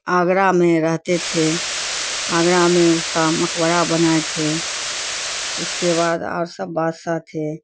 آگرہ میں رہتے تھے آگرہ میں اس کا مقبرہ بنائے تھے اس کے بعد اور سب بادشاہ تھے